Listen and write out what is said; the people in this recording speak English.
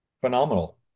Phenomenal